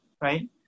right